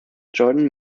jordan